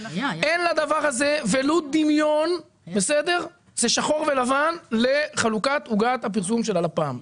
אין לדבר הזה ולו דמיון זה שחור ולבן לחלוקת עוגת הפרסום של לפ"מ.